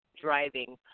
driving